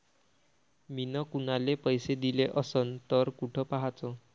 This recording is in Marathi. मिन कुनाले पैसे दिले असन तर कुठ पाहाचं?